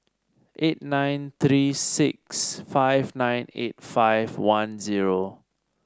eight nine three six five nine eight five one zero